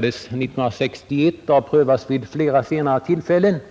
prövats 1961 och vid flera senare tillfällen.